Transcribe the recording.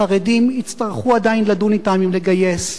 החרדים, יצטרכו עדיין לדון אתם אם לגייס,